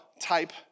type